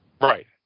Right